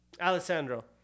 Alessandro